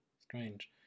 Strange